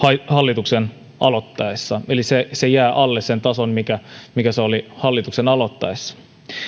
hallituksen aloittaessa se se jää alle sen tason mikä mikä oli hallituksen aloittaessa